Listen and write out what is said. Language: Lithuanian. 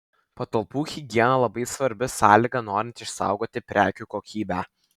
patalpų higiena labai svarbi sąlyga norint išsaugoti prekių kokybę